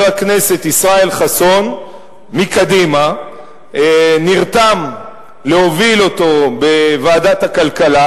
הכנסת ישראל חסון מקדימה נרתם להוביל אותו בוועדת הכלכלה,